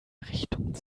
richtung